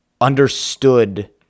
understood